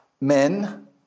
Men